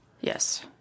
Yes